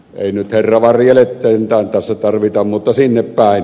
ei nyt herravarjeletta sentään tässä tarvita mutta sinne päin